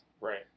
Right